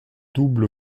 double